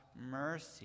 mercy